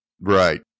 right